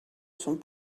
sont